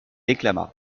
déclama